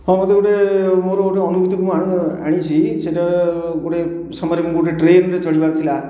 ହଁ ମୋତେ ଗୋଟିଏ ମୋର ଗୋଟିଏ ଅନୁଭୁତିକୁ ମୁଁ ଆଣିଛି ସେହିଟା ଗୋଟିଏ ସମୟରେ ମୁଁ ଗୋଟିଏ ଟ୍ରେନ୍ରେ ଚଢ଼ିବାର ଥିଲା